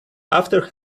after